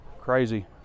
Crazy